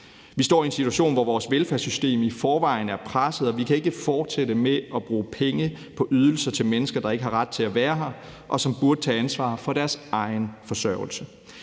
Vi står i en situation, hvor vores velfærdssystem i forvejen er presset, og vi kan ikke fortsætte med at bruge penge på ydelser til mennesker, der ikke har ret til at være her, og som burde tage ansvar for deres egen forsørgelse.